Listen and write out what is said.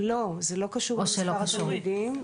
לא, זה לא קשור למספר התלמידים.